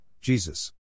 Jesus